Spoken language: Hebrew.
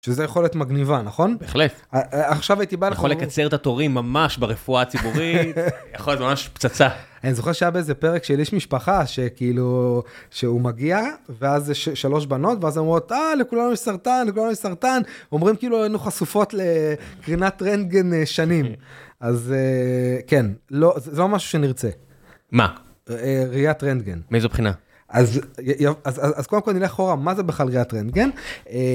שזה יכולת מגניבה נכון? בהחלט, עכשיו הייתי בא, יכול לקצר את התורים ממש ברפואה ציבורית יכולת ממש פצצה. אני זוכר שהיה באיזה פרק של איש משפחה שכאילו שהוא מגיע, ואז יש 3 בנות ואז אומרות אה לכולנו יש סרטן לכולנו יש סרטן אומרים כאילו היינו חשופות לקרינת רנטגן שנים אז כן לא זה לא משהו שנרצה. מה ראיית רנטגן, מאיזה בחינה? אז אז אז אז קודם כל נלך אחורה מה זה בכלל ראיית רנטגן רנגן.